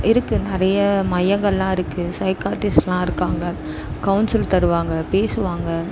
இருக்குது நிறைய மையங்கள்லாம் இருக்குது சைக்கார்டிஸ்ட்லாம் இருக்காங்க கவுன்சில் தருவாங்க பேசுவாங்க